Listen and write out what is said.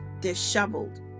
disheveled